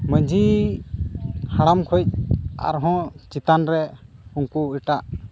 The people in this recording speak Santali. ᱢᱟᱹᱡᱷᱤ ᱦᱟᱲᱟᱢ ᱠᱷᱚᱡ ᱟᱨᱦᱚᱸ ᱪᱮᱛᱟᱱ ᱨᱮ ᱩᱱᱠᱩ ᱮᱴᱟᱜ